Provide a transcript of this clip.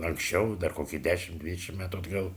anksčiau dar kokį dešimt dvidešimt metų atgal